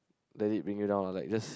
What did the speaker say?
let it bring you down lah like just